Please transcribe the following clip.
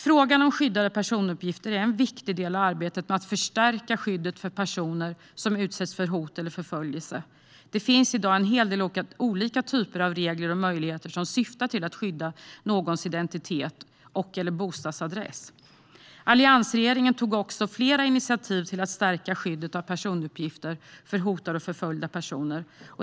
Frågan om skyddade personuppgifter är en viktig del av arbetet med att förstärka skyddet för personer som utsätts för hot eller förföljelse. Det finns i dag en hel del olika typer av regler och möjligheter som syftar till att skydda någons identitet eller bostadsadress. Alliansregeringen tog också flera initiativ till att stärka skyddet av personuppgifter för hotade och förföljda personer.